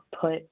put